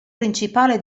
principale